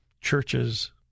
churches